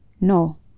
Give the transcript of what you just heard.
No